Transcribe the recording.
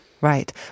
Right